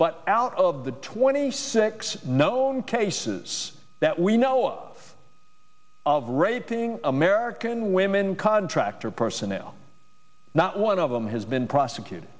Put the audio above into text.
but out of the twenty six known cases that we know of raping american women contractor personnel not one of them has been prosecuted